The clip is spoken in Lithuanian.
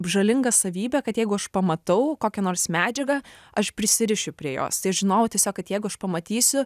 žalingą savybę kad jeigu aš pamatau kokią nors medžiagą aš prisirišiu prie jos tai aš žinojau tiesiog kad jeigu aš pamatysiu